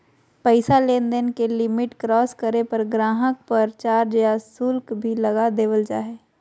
पैसा लेनदेन के लिमिट क्रास करे पर गाहक़ पर चार्ज या शुल्क भी लगा देवल जा हय